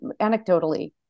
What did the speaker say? anecdotally